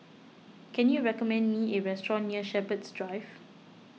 can you recommend me a restaurant near Shepherds Drive